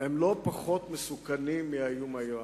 הם לא פחות מסוכנים מהאיום האירני.